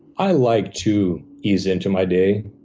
i like to ease into my day.